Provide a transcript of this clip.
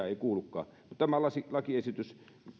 ei kuulukaan mutta tämä lakiesitys